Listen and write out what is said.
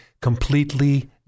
completely